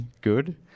good